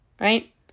right